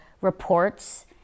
reports